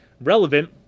Relevant